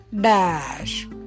dash